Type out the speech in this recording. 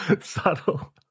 Subtle